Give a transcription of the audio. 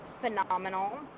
phenomenal